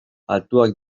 altuak